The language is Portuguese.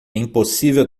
impossível